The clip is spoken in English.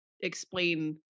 explain